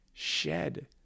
Shed